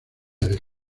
del